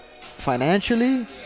financially